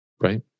right